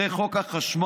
הרי חוק החשמל